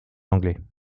anglais